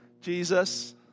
Jesus